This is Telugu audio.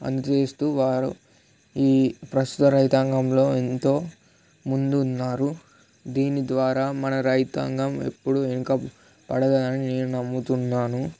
అందిస్తూ వారు ఈ ప్రస్తుత రైతాంగంలో ఎంతో ముందు ఉన్నారు దీని ద్వారా మన రైతాంగం ఎప్పుడూ వెనక పడదని నేను నమ్ముతున్నాను